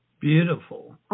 Beautiful